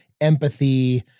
empathy